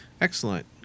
Excellent